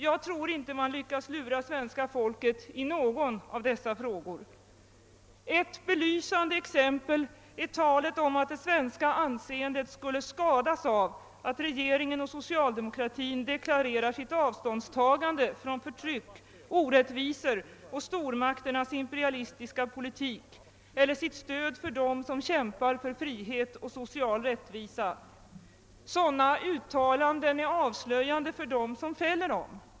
Jag tror inte det går att lura svenska folket i någon av dessa frågor. Ett belysande exempel är talet om att det svenska anseendet skulle skadas av att regeringen och socialdemokratin deklarerar sitt avståndstagande från förtryck, orättvisor och stormakternas imperialistiska politik eller sitt stöd för dem som kämpar för frihet och social rättvisa. Sådana uttalanden är avslöjande för dem som fäller dem.